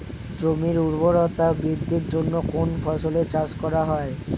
জমির উর্বরতা বৃদ্ধির জন্য কোন ফসলের চাষ করা হয়?